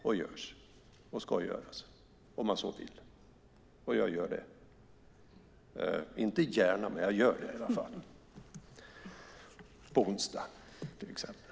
De görs och ska göras, om man så vill. Jag gör det inte gärna, men jag gör det i alla fall, på onsdag till exempel.